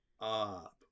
up